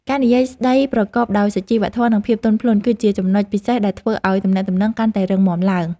ការនិយាយស្ដីប្រកបដោយសុជីវធម៌និងភាពទន់ភ្លន់ គឺជាចំណុចពិសេសដែលធ្វើឱ្យទំនាក់ទំនងកាន់តែរឹងមាំឡើង។